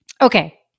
Okay